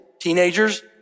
teenagers